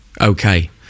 okay